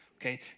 okay